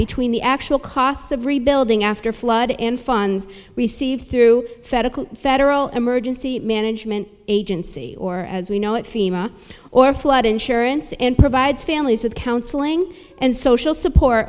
between the actual costs of rebuilding after flood and funds received through federal emergency management agency or as we know it fema or flood insurance and provides families with counseling and social support